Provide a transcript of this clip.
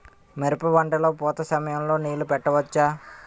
మిరప పంట లొ పూత సమయం లొ నీళ్ళు పెట్టవచ్చా?